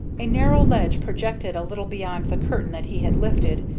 a narrow ledge projected a little beyond the curtain that he had lifted,